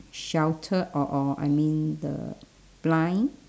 shelter or or I mean the blind